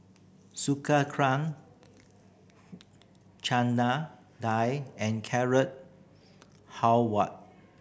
Chana Dal and Carrot Halwa